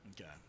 Okay